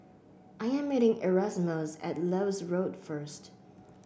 I am meeting Erasmus at Lewis Road first